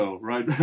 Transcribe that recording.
right